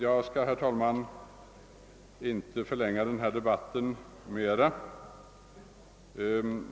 Jag skall, herr talman, inte ytterligare förlänga denna debatt.